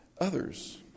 others